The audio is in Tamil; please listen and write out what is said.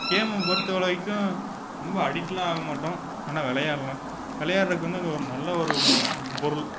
கேம்மு பொறுத்த வரைக்கும் ரொம்ப அடிக்ட்லாம் ஆக மாட்டோம் ஆனால் விளையாட்லாம் விளையாட்றதுக்கு வந்து அந்த ஒரு நல்ல ஒரு பொருள்